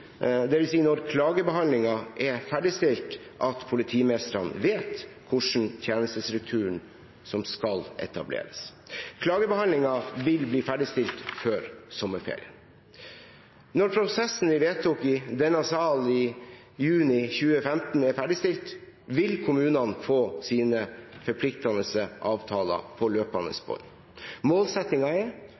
når klagebehandlingen er ferdigstilt, at politimestrene vet hvordan tjenestestrukturen som skal etableres, blir. Klagebehandlingen vil bli ferdigstilt før sommerferien. Når prosessen vi vedtok i denne sal i juni 2015 er ferdigstilt, vil kommunene få sine forpliktende avtaler på løpende bånd. Målsettingen er